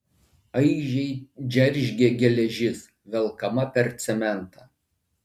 aižiai džeržgė geležis velkama per cementą